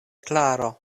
klaro